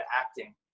acting